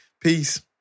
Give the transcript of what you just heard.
peace